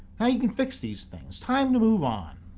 now you can fix these things. time to move on,